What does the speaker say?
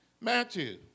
Matthew